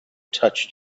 touched